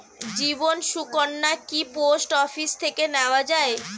জীবন সুকন্যা কি post office থেকে নেওয়া যায়?